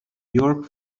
york